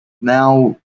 now